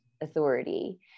authority